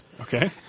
Okay